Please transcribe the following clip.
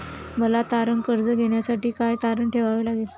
मला तारण कर्ज घेण्यासाठी काय तारण ठेवावे लागेल?